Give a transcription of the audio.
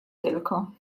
tylko